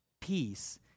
peace